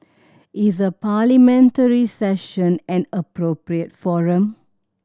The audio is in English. is a Parliamentary Session an appropriate forum